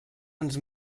ens